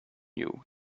you